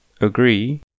Agree